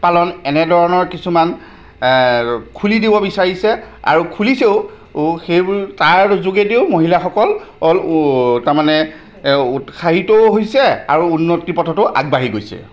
পালন এনেধৰণৰ কিছুমান খুলি দিব বিচাৰিছে আৰু খুলিছেও সেই তাৰ যোগেদিও মহিলাসকল তাৰমানে উৎসাহিতও হৈছে আৰু উন্নতি পথতো আগবাঢ়ি গৈছে